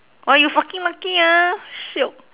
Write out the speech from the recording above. !wah! you fucking lucky ah shiok